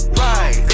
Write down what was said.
right